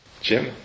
Jim